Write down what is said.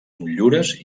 motllures